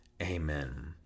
amen